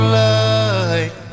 light